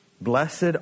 blessed